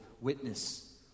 witness